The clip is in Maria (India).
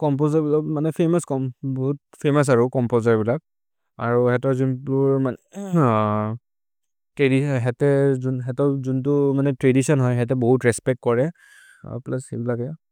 छोम्पोसेर् बोहोत् फमोउस् हरो, चोम्पोसेर् बोहोत् फमोउस् हरो छोम्पोसेर् बोहोत् फमोउस् हरो, चोम्पोसेर् बोहोत् फमोउस् हरो। अरो जदु जुम्बुल।